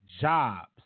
Jobs